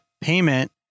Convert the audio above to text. payment